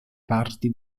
parti